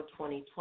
2020